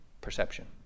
perception